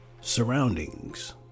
Surroundings